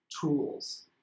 tools